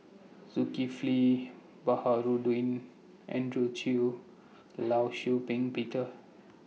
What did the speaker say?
Zulkifli Baharudin Andrew Chew law Shau Ping Peter